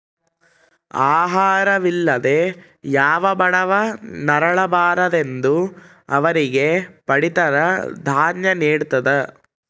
ಆಹಾರ ವಿಲ್ಲದೆ ಯಾವ ಬಡವ ನರಳ ಬಾರದೆಂದು ಅವರಿಗೆ ಪಡಿತರ ದಾನ್ಯ ನಿಡ್ತದ